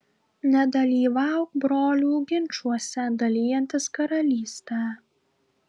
nedalyvauk brolių ginčuose dalijantis karalystę